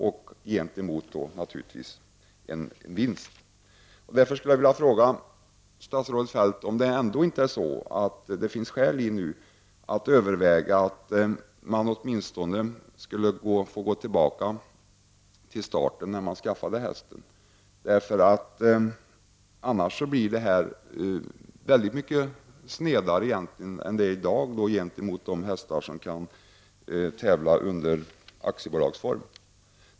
Jag skulle därför vilja fråga statsrådet Feldt om det inte nu finns skäl att överväga om man åtminstone inte skulle kunna gå tillbaka till starten när man skaffade hästen. I annat fall blir detta mycket snedare än det är i dag i förhållande till de hästar som tävlar i aktiebolagsform.